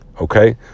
okay